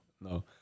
No